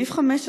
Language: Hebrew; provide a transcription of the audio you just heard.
סעיף 15,